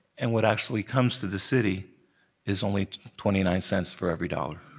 and what actually comes to the city is only twenty nine cents for every dollar.